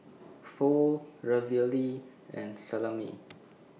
Pho Ravioli and Salami